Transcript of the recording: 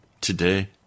today